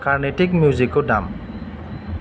कार्नेटिक मिउजिकखौ दाम